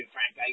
Frank